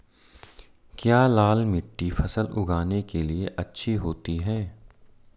क्या लाल मिट्टी फसल उगाने के लिए अच्छी होती है?